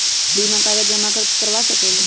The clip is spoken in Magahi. बीमा में कागज जमाकर करवा सकलीहल?